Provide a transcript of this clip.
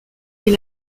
est